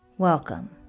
Welcome